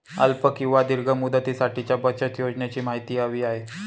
अल्प किंवा दीर्घ मुदतीसाठीच्या बचत योजनेची माहिती हवी आहे